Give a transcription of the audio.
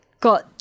got